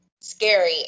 scary